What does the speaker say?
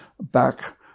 back